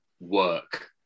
work